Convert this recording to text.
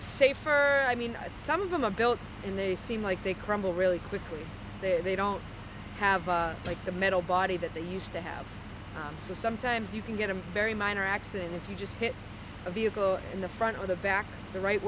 safer i mean some of them a built in they seem like they crumble really quickly that they don't have like the metal body that they used to have so sometimes you can get a very minor accident if you just hit a vehicle in the front or the back the right